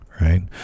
Right